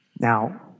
Now